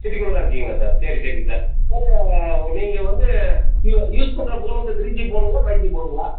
city குள்ளே தான் இருக்கீங்களா சார் சரி சரிங்க சார் சார் நீங்கள் வந்து யூ யூஸ் பண்ணுற ஃபோன் வந்து த்ரீ ஜி ஃபோனுங்களா ஃபைவ் ஜி ஃபோனுங்களா